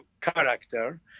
character